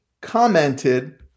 commented